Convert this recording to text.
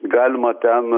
galima ten